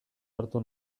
hartu